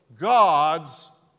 God's